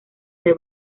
del